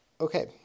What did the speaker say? Okay